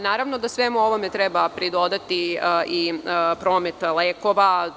Naravno, da svemu ovome treba pridodati i promet lekova.